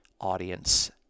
audience